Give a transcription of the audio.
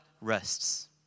rests